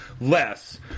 less